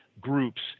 groups